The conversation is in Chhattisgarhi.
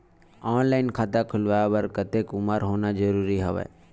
ऑनलाइन खाता खुलवाय बर कतेक उमर होना जरूरी हवय?